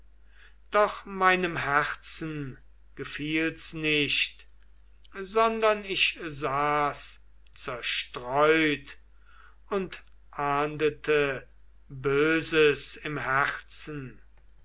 doch meinem herzen gefiel's nicht sondern ich saß zerstreut und ahndete böses im herzen